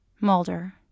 Mulder